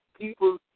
People